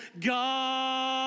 God